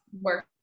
work